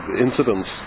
incidents